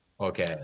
Okay